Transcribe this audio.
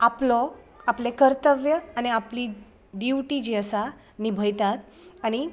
आपलो आपलें कर्तव्य आनी आपली ड्युटी जी आसा निभयतात आनी